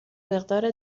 مقدار